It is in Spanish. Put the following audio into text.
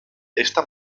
esta